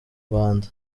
rwanda